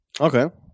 Okay